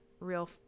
real